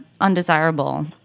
undesirable